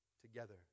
together